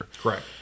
correct